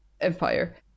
Empire